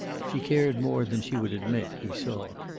she cared more than she would admit, he saw.